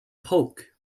polk